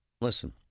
Listen